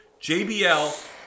JBL